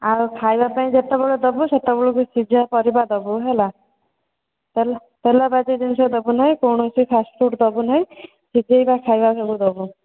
ଆଉ ଖାଇବା ପାଇଁ ଯେତେବେଳେ ଦେବୁ ସେତେବେଳେ ସିଝା ପାରିବ ଦେବୁ ହେଲା ତେଲ ଭାଜି ଜିନିଷ ଦେବୁ ନାହିଁ କୌଣସି ଫାଷ୍ଟ ଫୁଡ଼ ଦେବୁ ନାହିଁ ସିଜେଇବା ଖାଇବା ସବୁ ଦେବୁ